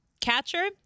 Catcher